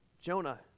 Jonah